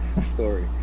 Story